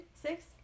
six